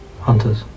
Hunters